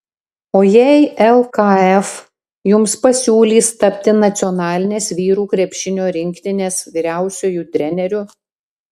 o jei lkf jums pasiūlys tapti nacionalinės vyrų krepšinio rinktinės vyriausiuoju treneriu